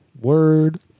Word